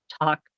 talk